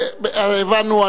הבנו.